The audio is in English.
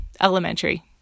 elementary